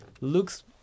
looks